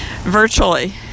Virtually